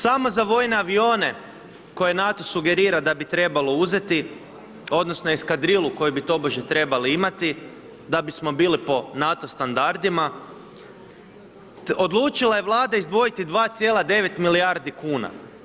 Samo za vojne avione koje NATO sugerira da bi trebalo uzeti odnosno eskadrilu koju bi tobože trebali imati da bi smo bili po NATO standardima, odlučili je Vlada izdvojiti 2,9 milijardi kuna.